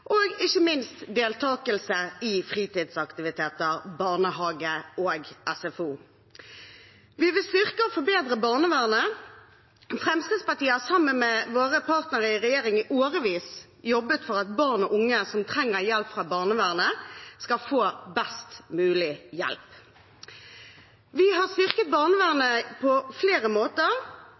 og ikke minst deltakelse i fritidsaktiviteter, barnehage og SFO. Vi vil styrke og forbedre barnevernet. Fremskrittspartiet har sammen med våre partnere i regjering i årevis jobbet for at barn og unge som trenger hjelp fra barnevernet, skal få best mulig hjelp. Vi har styrket barnevernet på flere måter,